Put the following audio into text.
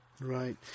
Right